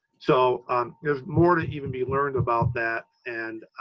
so there's more to even be learned about that. and